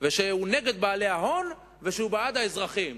והוא נגד בעלי ההון והוא בעד האזרחים.